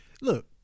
look